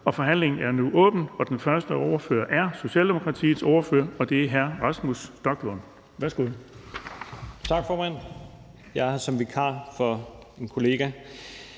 Forhandlingen er nu åbnet. Den første ordfører er Socialdemokratiets ordfører, og det er hr. Rasmus Stoklund. Værsgo.